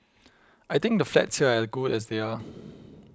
I think the flats here are good as they are